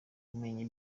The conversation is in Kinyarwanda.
kumenya